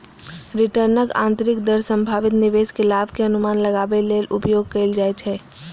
रिटर्नक आंतरिक दर संभावित निवेश के लाभ के अनुमान लगाबै लेल उपयोग कैल जाइ छै